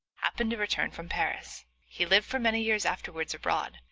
happened to return from paris. he lived for many years afterwards abroad,